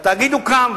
והתאגיד הוקם,